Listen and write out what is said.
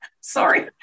sorry